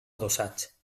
adossats